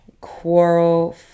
quarrel